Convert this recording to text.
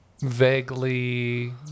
vaguely